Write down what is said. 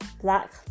black